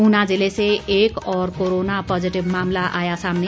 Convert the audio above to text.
ऊना जिले से एक और कोरोना पॉजिटिव मामला आया सामने